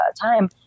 time